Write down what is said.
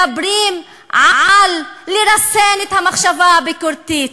מדברים על לרסן את המחשבה הביקורתית,